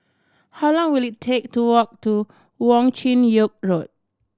how long will it take to walk to Wong Chin Yoke Road